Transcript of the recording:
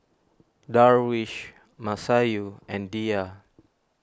Darwish Masayu and Dhia